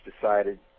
decided